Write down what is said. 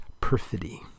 perfidy